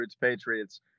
patriots